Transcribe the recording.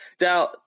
Now